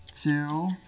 two